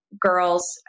girls